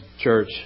Church